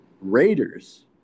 Raiders